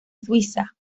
suiza